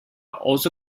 also